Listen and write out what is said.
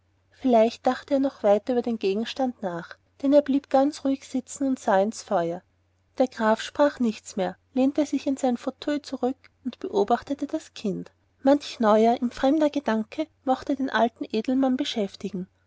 vielleicht dachte er noch weiter über den gegenstand nach denn er blieb ganz ruhig sitzen und sah ins feuer der graf sprach nichts mehr lehnte sich in seinen fauteuil zurück und beobachtete das kind manch neuer ihm fremder gedanke mochte den alten edelmann beschäftigen